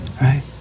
Right